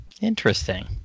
interesting